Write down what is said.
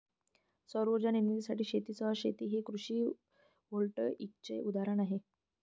सौर उर्जा निर्मितीसाठी शेतीसह शेती हे कृषी व्होल्टेईकचे उदाहरण आहे